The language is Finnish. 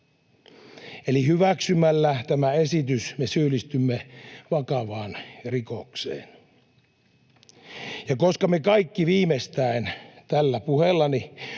Eli hyväksymällä tämän esityksen me syyllistymme vakavaan rikokseen. Koska me kaikki viimeistään tällä puheellani